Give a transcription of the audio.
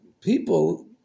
people